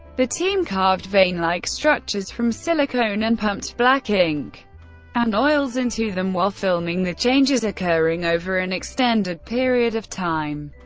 the team carved vein-like structures from silicone and pumped black ink and oils into them while filming the changes occurring over an extended period of time.